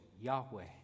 Yahweh